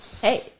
Hey